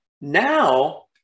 now